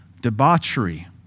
debauchery